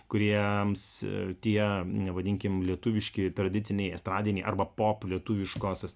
kuriems nevadinkim lietuviškieji tradiciniai estradiniai arba pop lietuviškos